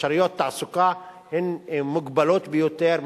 אפשרויות התעסוקה הן מוגבלות ביותר,